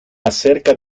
acerca